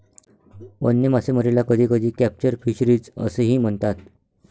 वन्य मासेमारीला कधीकधी कॅप्चर फिशरीज असेही म्हणतात